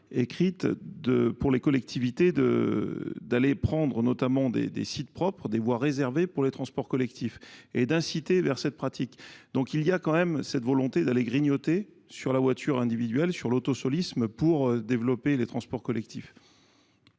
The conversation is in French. écrite de, pour les collectivités, de d'aller prendre notamment des sites propres, des voies réservées pour les transports collectifs et d'inciter cette pratique. il y a donc quand même cette volonté d'aller grignoter sur la voiture individuelle sur l'auto soliste pour développer les transports collectifs